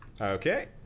Okay